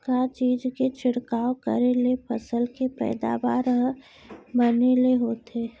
का चीज के छिड़काव करें ले फसल के पैदावार ह बने ले होथे?